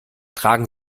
tragen